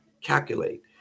calculate